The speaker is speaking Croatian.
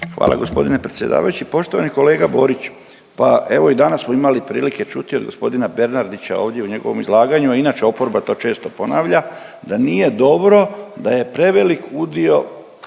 Hvala g. predsjedavajući. Poštovani kolega Boriću, pa evo i danas smo imali prilike čuti od g. Bernardića ovdje u njegovom izlaganju, a inače oporba to često ponavlja, da nije dobro da je prevelik udio